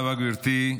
תודה רבה, גברתי.